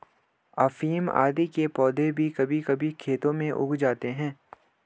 अफीम आदि के पौधे भी कभी कभी खेतों में उग जाते हैं